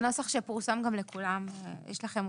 הנוסח שאני מקריאה פורסם לכולם והוא בפניכם.